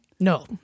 No